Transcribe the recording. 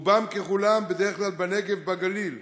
רובם ככולם, בדרך כלל, בנגב ובגליל,